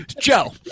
Joe